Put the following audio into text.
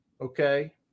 Okay